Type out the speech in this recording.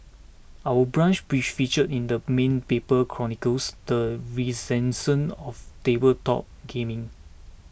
Our Brunch feature in the main paper chronicles the renaissance of tabletop gaming